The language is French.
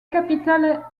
capitale